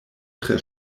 tre